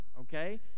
Okay